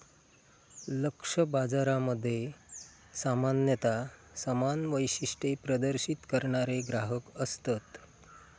लक्ष्य बाजारामध्ये सामान्यता समान वैशिष्ट्ये प्रदर्शित करणारे ग्राहक असतत